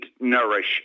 nourish